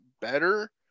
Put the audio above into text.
better